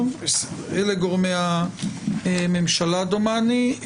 אלה גורמי הממשלה, דומני.